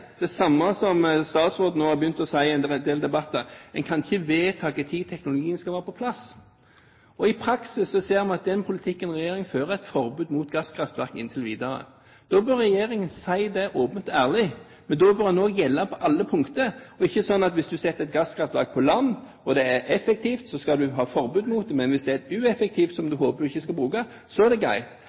det samme som statsråden nå har begynt å si i en del debatter: En kan ikke vedta når teknologien skal være på plass. I praksis ser man at den politikken regjeringen fører, er et forbud mot gasskraftverk inntil videre. Da bør regjeringen si det åpent og ærlig, men da bør det også gjelde på alle punkter. Det må ikke være sånn at hvis du setter et gasskraftverk på land og det er effektivt, skal du ha forbud mot det, men hvis det er et ueffektivt, som du håper du ikke skal bruke, er det greit.